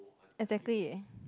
exactly